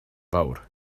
fawr